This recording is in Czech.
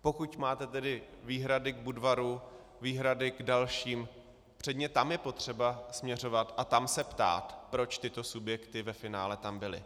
Pokud máte tedy výhrady k Budvaru, výhrady k dalším, předně tam je potřeba směřovat a tam se ptát, proč tyto tam subjekty ve finále byly.